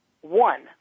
One